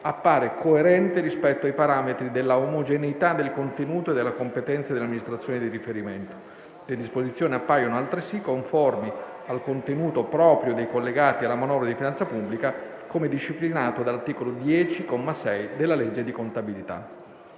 appare coerente rispetto ai parametri dell'omogeneità del contenuto e della competenza delle amministrazioni di riferimento. Le disposizioni appaiono altresì conformi al contenuto proprio dei collegati alla manovra di finanza pubblica, come disciplinato dall'articolo 10, comma 6 della legge di contabilità.»